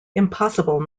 impossible